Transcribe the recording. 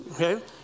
okay